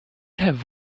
have